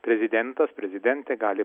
prezidentas prezidentė gali